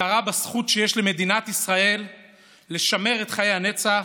הכרה בזכות שיש למדינת ישראל לשמר את חיי הנצח,